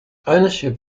ownership